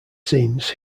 scenes